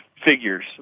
figures